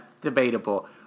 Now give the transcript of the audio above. debatable